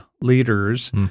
leaders